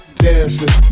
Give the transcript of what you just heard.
dancing